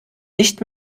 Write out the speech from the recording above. nicht